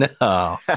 no